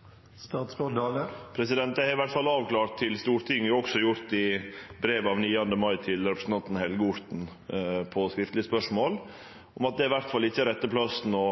har avklart overfor Stortinget – eg har også gjort det i brev av 9. mai til representanten Helge Orten som svar på skriftleg spørsmål – at det i alle fall ikkje er rette plassen å